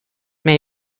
made